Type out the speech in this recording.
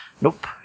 Nope